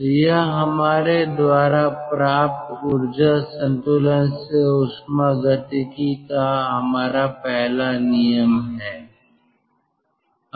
तो यह हमारे द्वारा प्राप्त ऊर्जा संतुलन से ऊष्मागतिकी का हमारा पहला नियम है